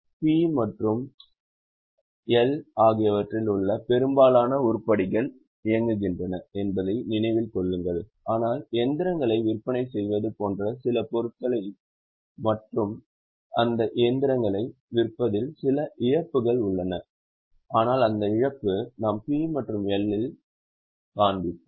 P மற்றும் L ஆகியவற்றில் உள்ள பெரும்பாலான உருப்படிகள் இயங்குகின்றன என்பதை நினைவில் கொள்ளுங்கள் ஆனால் இயந்திரங்களை விற்பனை செய்வது போன்ற சில பொருட்கள் மற்றும் அந்த இயந்திரங்களை விற்பதில் சில இழப்புகள் உள்ளன அந்த இழப்பு நாம் P மற்றும் L இல் காண்பிப்போம்